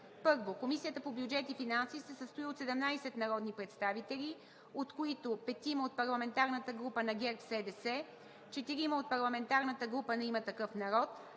1. Комисията по бюджет и финанси се състои от 17 народни представители, от които 5 от парламентарната група на ГЕРБ-СДС, 4 от парламентарната група на „Има такъв народ“,